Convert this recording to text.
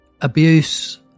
abuse